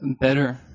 better